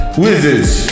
wizards